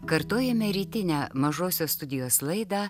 kartojame rytinę mažosios studijos laidą